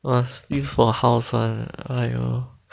must use for house [one] !aiyo!